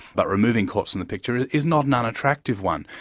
but removing courts from the picture is not an unattractive one.